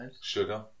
sugar